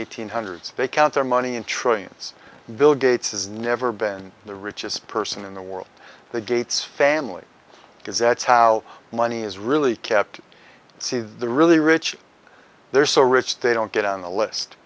nine hundred so they count their money in trillions bill gates has never been the richest person in the world the gates family because that's how money is really kept see the really rich there are so rich they don't get on the list